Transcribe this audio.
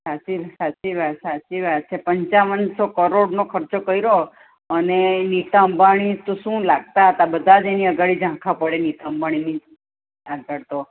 સાચી સાચી વાત સાચી વાત છે પંચાવનસો કરોડનો ખર્ચો કર્યો અને નીતા અંબાણી તો શું લાગતાં હતાં બધાં જ એની આગળ ઝાંખા પડે નીતા અંબાણીની આગળ તો